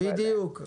בדיוק.